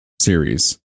series